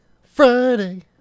Friday